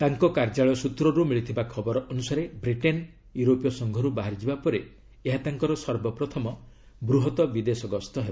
ତାଙ୍କ କାର୍ଯ୍ୟାଳୟ ସ୍ୱତ୍ରରୁ ମିଳିଥିବା ଖବର ଅନୁସାରେ ବ୍ରିଟେନ୍ ୟୁରୋପୀୟ ସଂଘରୁ ବାହାରିଯିବା ପରେ ଏହା ତାଙ୍କର ସର୍ବପ୍ରଥମ ବୃହତ ବିଦେଶ ଗସ୍ତ ହେବ